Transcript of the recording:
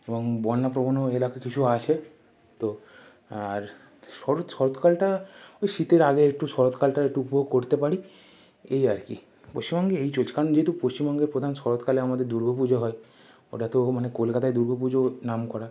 এবং বন্যা প্রবণও এলাকা কিছু আছে তো আর শরৎ শরৎকালটা ওই শীতের আগে একটু শরৎকালটা একটু উপভোগ করতে পারি এই আর কি পশ্চিমবঙ্গে এই চলছে কারণ যেহেতু পশ্চিমবঙ্গে প্রধান শরৎকালে আমাদের দুর্গা পুজো হয় ওটা তো মানে কলকাতায় দুর্গা পুজো নাম করা